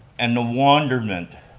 and the wonderment